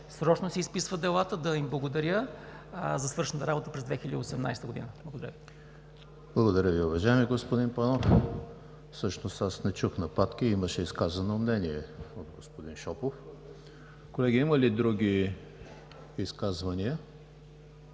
срочно си изписват делата, да им благодаря за свършената работа през 2018 г. Благодаря. ПРЕДСЕДАТЕЛ ЕМИЛ ХРИСТОВ: Благодаря Ви, уважаеми господин Панов. Всъщност аз не чух нападки, имаше изказано мнение от господин Шопов. Колеги, има ли други изказвания?